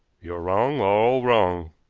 you're wrong, all wrong,